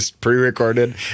pre-recorded